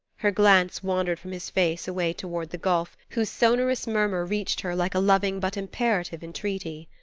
her glance wandered from his face away toward the gulf, whose sonorous murmur reached her like a loving but imperative entreaty.